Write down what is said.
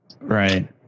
Right